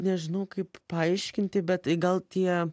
nežinau kaip paaiškinti bet tai gal tie